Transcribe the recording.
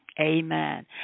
Amen